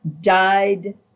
died